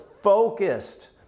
focused